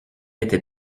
était